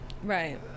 right